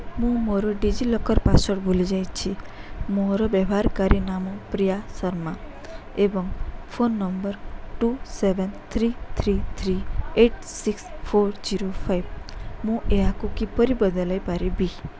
ମୁଁ ମୋର DigiLocker password ଭୁଲି ଯାଇଛି ମୋର ବ୍ୟବହାରକାରୀ ନାମ ପ୍ରିୟା ଶର୍ମା ଏବଂ phone number two seven three three three eighty six four zero five ମୁଁ ଏହାକୁ କିପରି ବଦଳାଇ ପାରିବି